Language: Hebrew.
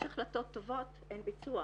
יש החלטות טובות, אין ביצוע.